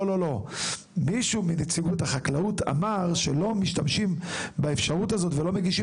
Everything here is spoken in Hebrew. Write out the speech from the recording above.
מישהו מנציגות החקלאות אמר שלא משתמשים באפשרות הזאת ולא מגישים